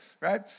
right